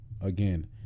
again